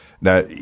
Now